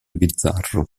bizzarro